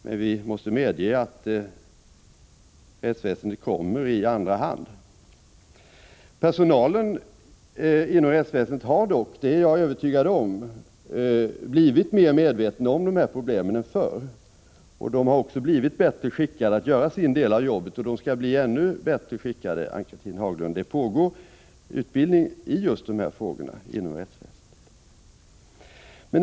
Men vi måste medge att rättsväsendet kommer i andra hand. Personalen inom rättsväsendet har dock, det är jag övertygad om, blivit mera medveten om dessa problem. Den har också blivit bättre skickad att göra sin del av arbetet. Den skall bli ännu bättre skickad, Ann-Cathrine Haglund, för det pågår utbildning i just dessa frågor inom rättsväsendet.